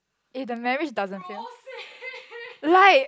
eh the marriage doesn't feel like